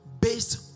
based